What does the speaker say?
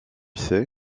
sais